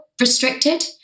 restricted